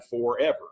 forever